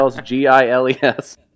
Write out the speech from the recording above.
G-I-L-E-S